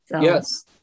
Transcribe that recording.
Yes